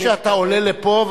תדגיש שאתה עולה לפה,